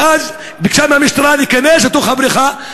ואז ביקשו מהמשטרה להיכנס לתוך הבריכה,